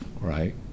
Right